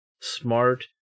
smart